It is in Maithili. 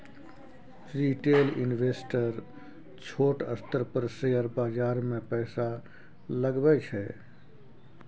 रिटेल इंवेस्टर छोट स्तर पर शेयर बाजार मे पैसा लगबै छै